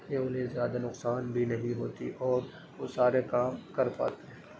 کہ انہیں زیادہ نقصان بھی نہیں ہوتی اور وہ سارے کام کر پاتے ہیں